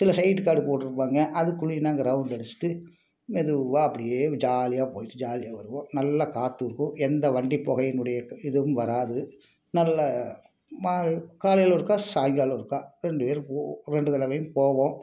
சில சைட் காடு போட்டிருப்பாங்க அதுக்குள்ளேயும் நாங்கள் ரவுண்டு அடிச்சுட்டு மெதுவாக அப்படியே ஜாலியாக போய்விட்டு ஜாலியாக வருவோம் நல்ல காற்று இருக்கும் எந்த வண்டி புகையினுடைய இதுவும் வராது நல்ல மா காலையில் ஒருக்கா சாயங்காலம் ஒருக்கா ரெண்டு பேரும் போவோம் ரெண்டு தடவையும் போவோம்